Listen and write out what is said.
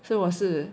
so 我是